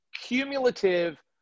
cumulative